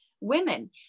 women